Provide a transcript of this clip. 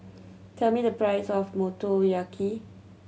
tell me the price of Motoyaki